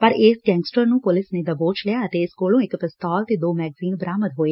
ਪਰ ਇਸ ਗੈਂਗਸਟਰ ਨੂੰ ਪੁਲਿਸ ਨੇ ਦਬੋਚ ਲਿਆ ਅਤੇ ਇਸ ਕੋਲੋ ਇੱਕ ਪਿਸਤੌਲ ਤੇ ਦੋ ਮੈਗਜ਼ੀਨ ਬਰਾਮਦ ਹੋਏ